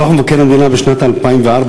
דוח מבקר המדינה משנת 2004,